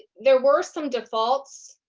there were some defaults,